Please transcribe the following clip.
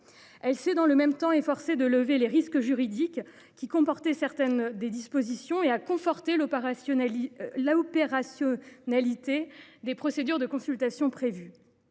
Elle s’est dans le même temps efforcée de lever les risques juridiques que comportaient certaines de ses dispositions et a conforté l’opérationnalité des procédures de consultation prévues.